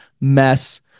mess